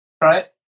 right